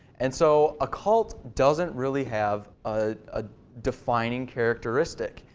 and so a cult doesn't really have a defining characteristic.